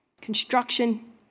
Construction